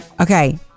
Okay